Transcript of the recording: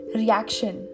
reaction